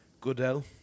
Goodell